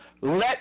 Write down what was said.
Let